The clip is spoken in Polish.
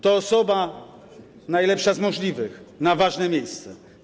To jest osoba najlepsza z możliwych na ważne miejsce.